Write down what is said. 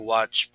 Watch